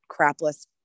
crapless